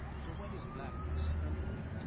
so what is blackness anyway?